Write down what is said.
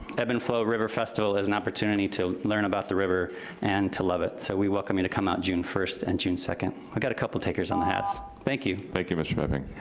ebb and flow river festival is an opportunity to learn about the river and to love it. so we welcome you to come out june first and june second. we ah got a couple takers on the hats. thank you. thank you, mr. pepping.